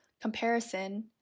comparison